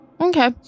Okay